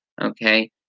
Okay